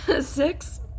six